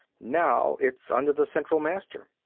now it's under the central master.